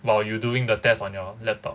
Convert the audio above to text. while you doing the test on your laptop